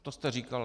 To jste říkala.